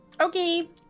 Okay